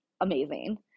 amazing